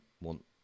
want